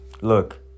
look